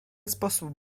sposób